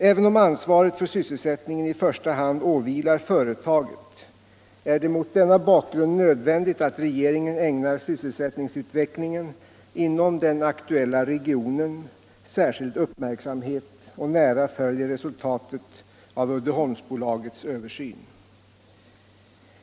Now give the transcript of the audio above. Även om ansvaret för sysselsättningen i första hand åvilar företaget är det mot denna bakgrund nödvändigt att regeringen ägnar sysselsättningsutvecklingen inom den aktuella regionen särskild uppmärksamhet och nära följer resultatet av Uddeholmsbolagets översyn.